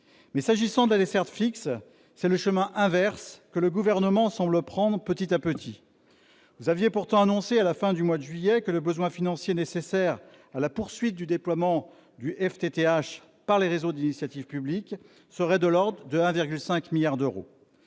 Mais s'agissant de la desserte fixe, c'est le chemin inverse que le Gouvernement semble prendre petit à petit. Vous aviez pourtant annoncé, à la fin du mois de juillet dernier, que le besoin financier nécessaire à la poursuite du déploiement du FTTH, le réseau, par les réseaux d'initiative publique serait de l'ordre de 1,5 milliard d'euros.